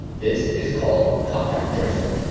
this is called contact tracing